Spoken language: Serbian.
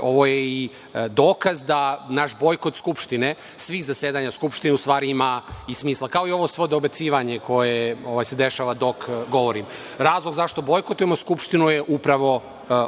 ovo je i dokaz da naš bojkot Skupštine, svih zasedanja Skupštine, u stvari ima i smisla. Kao i ovo dobacivanje koje se dešava dok govorim. Razlog zašto bojkotujemo Skupštinu je upravo